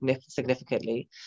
significantly